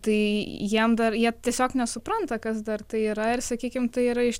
tai jiem dar jie tiesiog nesupranta kas dar tai yra ir sakykim tai yra iš